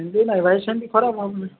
ଏମିତି ନାଇ ଭାଇ ସେମତି ଖରାପ ଭାବନି